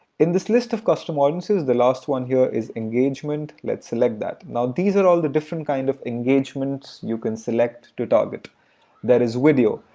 in this list of custom audiences the last one here is engagement. let's select that. now these are all the different kind of engagements you can select to target there is video,